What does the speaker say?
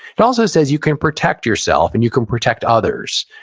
it also says, you can protect yourself and you can protect others.